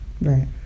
Right